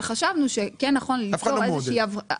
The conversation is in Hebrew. אבל חשבנו שכן נכון למצוא איזה שהיא --- אף אחד לא מעודד.